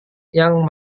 yang